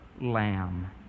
lamb